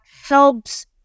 helps